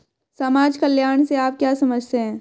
समाज कल्याण से आप क्या समझते हैं?